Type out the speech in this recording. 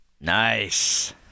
Nice